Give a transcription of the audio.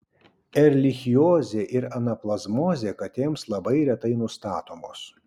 erlichiozė ir anaplazmozė katėms labai retai nustatomos